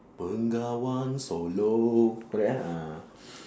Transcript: bengawan solo correct ah